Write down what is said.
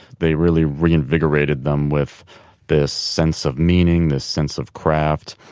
they really reinvigorated them with this sense of meaning, this sense of craft,